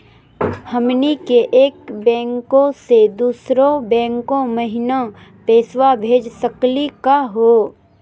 हमनी के एक बैंको स दुसरो बैंको महिना पैसवा भेज सकली का हो?